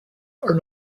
are